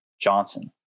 Johnson